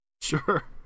Sure